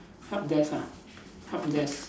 help desk ah help desk